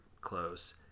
close